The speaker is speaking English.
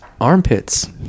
armpits